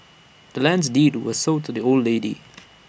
the land's deed was sold to the old lady